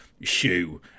shoe